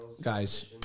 Guys